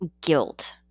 guilt